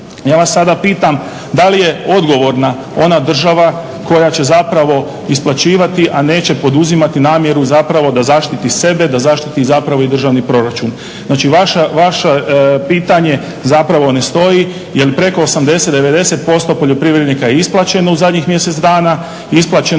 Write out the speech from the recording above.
Ja vas sada pitam da li je odgovorna ona država koja će isplaćivati a neće poduzeti namjeru da zaštiti sebe da zaštiti i državni proračun? Znači vaše pitanje zapravo ne stoji jer preko 80, 90% poljoprivrednika je isplaćeno u zadnjih mjesec dana, isplaćeno